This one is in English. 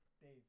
Dave